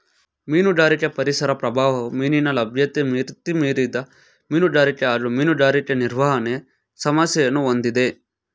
ಮೀನುಗಾರಿಕೆ ಪರಿಸರ ಪ್ರಭಾವವು ಮೀನಿನ ಲಭ್ಯತೆ ಮಿತಿಮೀರಿದ ಮೀನುಗಾರಿಕೆ ಹಾಗೂ ಮೀನುಗಾರಿಕೆ ನಿರ್ವಹಣೆ ಸಮಸ್ಯೆಯನ್ನು ಹೊಂದಿದೆ